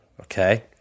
Okay